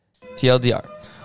TLDR